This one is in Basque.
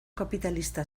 kapitalista